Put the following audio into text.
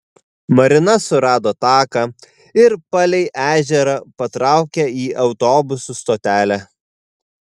marina surado taką ir palei ežerą patraukė į autobusų stotelę